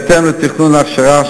בהתאם לתכנון ההכשרה,